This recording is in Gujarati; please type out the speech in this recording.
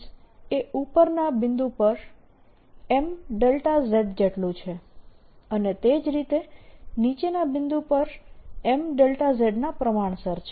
M એ ઉપરના બિંદુ પર Mδ જેટલું છે અને તે જ રીતે નીચેના બિંદુ પર Mδ ના પ્રમાણસર છે